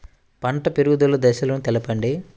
పంట పెరుగుదల దశలను తెలపండి?